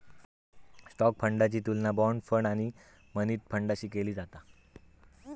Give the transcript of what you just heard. stock फंडाची तुलना bond fund आणि मनी फंडाशी केली जाता